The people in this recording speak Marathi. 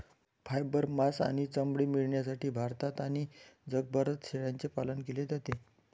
फायबर, मांस आणि चामडे मिळविण्यासाठी भारतात आणि जगभरात शेळ्यांचे पालन केले जाते